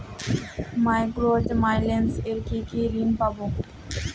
Micro finance এ কি কি ঋণ পাবো?